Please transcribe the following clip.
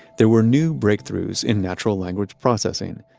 there were new breakthroughs in natural language processing.